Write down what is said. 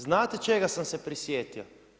Znate čega sam se prisjetio?